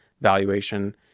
valuation